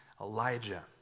Elijah